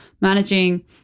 managing